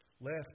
Last